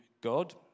God